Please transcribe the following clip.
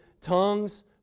tongues